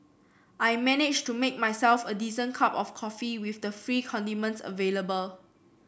I managed to make myself a decent cup of coffee with the free condiments available